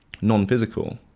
Non-physical